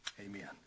Amen